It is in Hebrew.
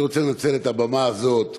אני רוצה לנצל את הבמה הזאת